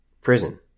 prison